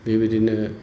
बेबादिनो